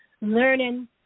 learning